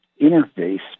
interface